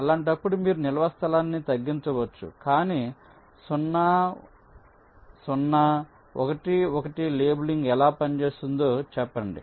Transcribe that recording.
అలాంటప్పుడు మీరు నిల్వ స్థలాన్ని తగ్గించవచ్చు కాని 0 0 1 1 లేబులింగ్ ఎలా పనిచేస్తుందో చెప్పండి